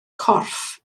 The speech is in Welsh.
corff